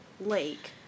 lake